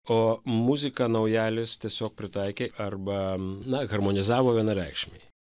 o muziką naujalis tiesiog pritaikė arba na harmonizavo vienareikšmiai